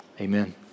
amen